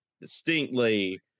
distinctly